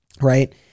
right